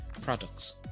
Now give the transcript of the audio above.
products